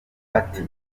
ati